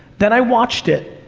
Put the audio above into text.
then i watched it,